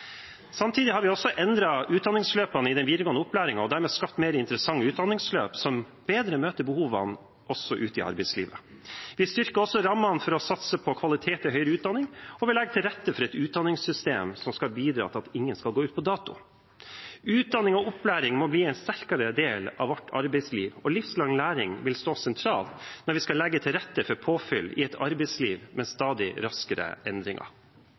Samtidig har vi også endret utdanningsløpene i den videregående opplæringen og dermed skapt mer interessante utdanningsløp, som bedre møter behovene også ute i arbeidslivet. Vi styrker også rammene for å satse på kvalitet i høyere utdanning, og vi legger til rette for et utdanningssystem som skal bidra til at ingen går ut på dato. Utdanning og opplæring må bli en sterkere del av vårt arbeidsliv, og livslang læring vil stå sentralt når vi skal legge til rette for påfyll i et arbeidsliv med stadig raskere endringer.